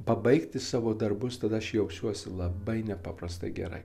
pabaigti savo darbus tada aš jausiuosi labai nepaprastai gerai